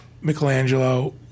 Michelangelo